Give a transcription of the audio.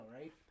right